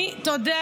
תודה.